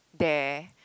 there